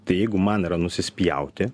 tai jeigu man yra nusispjauti